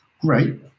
great